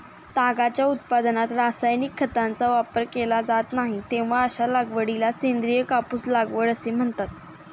तागाच्या उत्पादनात रासायनिक खतांचा वापर केला जात नाही, तेव्हा अशा लागवडीला सेंद्रिय कापूस लागवड असे म्हणतात